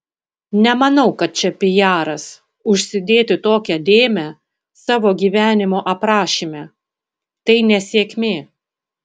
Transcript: nemanau kad čia pijaras užsidėti tokią dėmę savo gyvenimo aprašyme tai nesėkmė